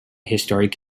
historic